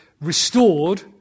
restored